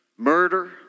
murder